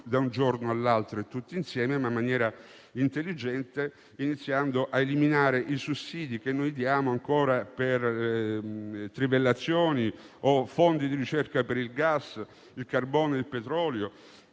da un giorno all'altro e tutti insieme, ma in maniera intelligente, iniziando a eliminare i sussidi che diamo ancora per trivellazioni o fondi di ricerca per il gas, il carbone e il petrolio.